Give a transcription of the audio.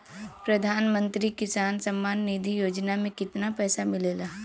प्रधान मंत्री किसान सम्मान निधि योजना में कितना पैसा मिलेला?